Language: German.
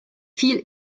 viel